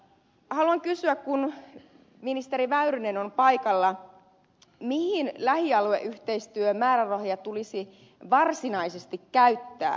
haluan kysyä kun ministeri väyrynen on paikalla mihin lähialueyhteistyömäärärahoja tulisi varsinaisesti käyttää